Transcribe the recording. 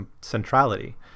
centrality